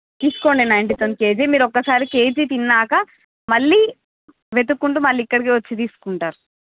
తీసుకోండి నైన్టీ కి ఒక కేజీ మీరు ఒక్కసారి కేజీ తిన్నాక మళ్ళీ వెతుక్కుంటూ మళ్ళీ ఇక్కడికే వచ్చి తీసుకుంటారు